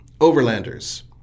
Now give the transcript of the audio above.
overlanders